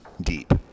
deep